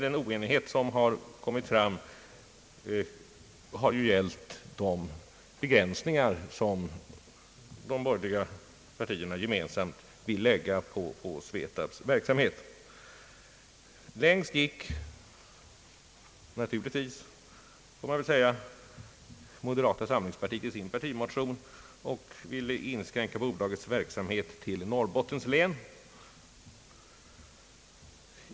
Den oenighet som har kommit fram gäller de begränsningar som de borgerliga partierna gemensamt vill göra i SVETAB:s verksamhet. Längst går — naturligtvis, får man väl säga — moderata samlingspartiet i en partimotion, som vill inskränka bolagets verksamhet till Norrbottens län.